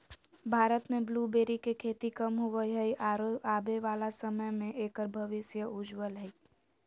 भारत में ब्लूबेरी के खेती कम होवअ हई आरो आबे वाला समय में एकर भविष्य उज्ज्वल हई